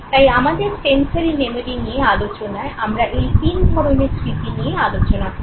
তাই আমাদের sensory memory নিয়ে আলচনায় আমরা এই তিন ধরণের স্মৃতি নিয়ে আলোচনা করবো